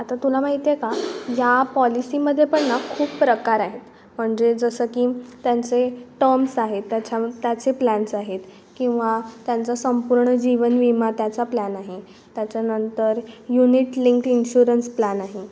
आता तुला माहिती आहे का या पॉलिसीमध्ये पण ना खूप प्रकार आहेत म्हणजे जसं की त्यांचे टर्म्स आहेत त्याच्या त्याचे प्लॅन्स आहेत किंवा त्यांचा संपूर्ण जीवनविमा त्याचा प्लॅन आहे त्याच्यानंतर युनिट लिंक इन्श्युरन्स प्लॅन आहे